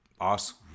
ask